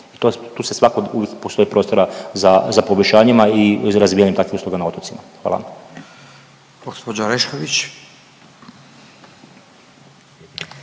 tu se svakako postoji prostora za poboljšanjima i za razvijanje takvih usluga na otocima. Hvala.